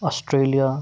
Australia